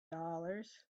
dollars